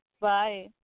Bye